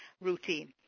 routine